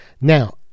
Now